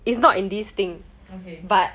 okay